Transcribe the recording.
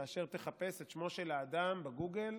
כאשר תחפש את שמו של האדם בגוגל,